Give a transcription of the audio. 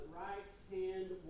right-hand